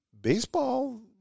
baseball